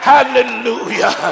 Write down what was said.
Hallelujah